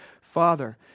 Father